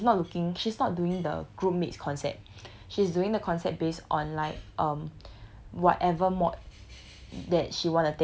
uh judge is she's not looking she's not doing the group mates concept she's doing the concept based on like um whatever mod